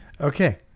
okay